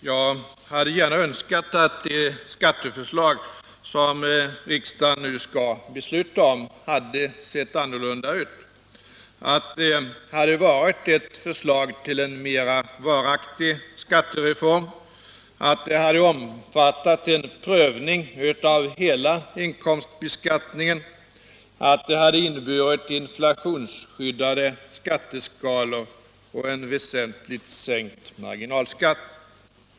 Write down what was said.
Jag hade gärna önskat att det skatteförslag som riksdagen nu skall besluta om hade sett annorlunda ut, att det hade varit ett förslag till en mera varaktig skattereform, att det hade omfattat en prövning av hela inkomstbeskattningen, att det hade inneburit inflationsskyddade skatteskalor och en väsentligt sänkt marginalskatt.